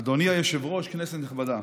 אדוני היושב-ראש, כנסת נכבדה.